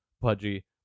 pudgy